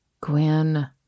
Gwen